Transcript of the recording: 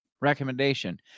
recommendation